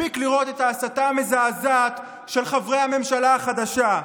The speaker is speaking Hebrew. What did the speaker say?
מספיק לראות את ההסתה המזעזעת של חברי הממשלה החדשה,